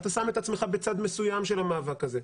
אתה שם את עצמך בצד מסוים של המאבק הזה.